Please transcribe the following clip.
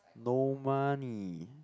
no money